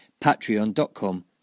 Patreon.com